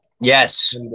Yes